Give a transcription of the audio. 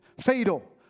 fatal